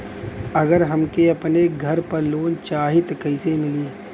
अगर हमके अपने घर पर लोंन चाहीत कईसे मिली?